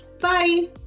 Bye